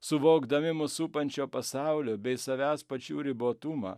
suvokdami mus supančio pasaulio bei savęs pačių ribotumą